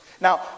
Now